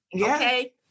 okay